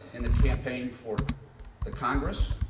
in a campaign for the congress